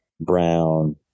brown